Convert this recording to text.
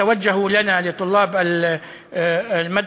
להלן תרגומם: לתלמידים שלנו אשר ניגשים,